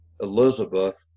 Elizabeth